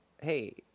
hey